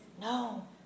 no